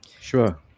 Sure